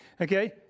Okay